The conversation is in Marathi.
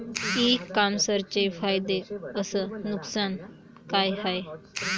इ कामर्सचे फायदे अस नुकसान का हाये